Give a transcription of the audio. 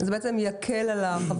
זה אמור להקל על החברות,